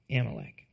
Amalek